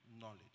knowledge